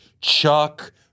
Chuck